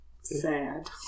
Sad